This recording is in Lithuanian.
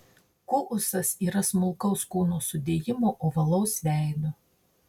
kuusas yra smulkaus kūno sudėjimo ovalaus veido